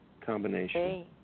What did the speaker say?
combination